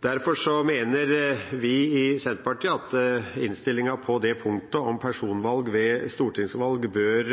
Derfor mener vi i Senterpartiet at innstillinga – på punktet om personvalg ved stortingsvalg – bør